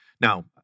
Now